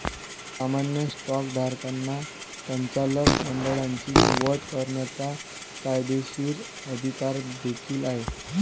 सामान्य स्टॉकधारकांना संचालक मंडळाची निवड करण्याचा कायदेशीर अधिकार देखील आहे